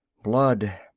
blood,